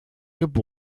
geb